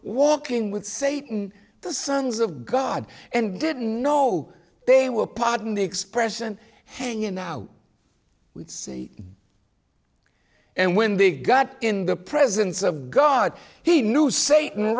walking with satan the sons of god and didn't know they were pardon the expression hanging out with c and when they got in the presence of god he knew sata